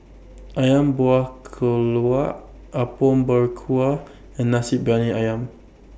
Ayam Buah Keluak Apom Berkuah and Nasi Briyani Ayam